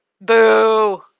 boo